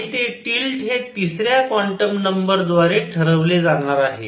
आणि ते टिल्ट हे तिसऱ्या क्वांटम नंबर द्वारे ठरवले जाणार आहे